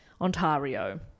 Ontario